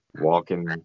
walking